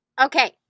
Okay